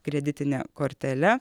kreditine kortele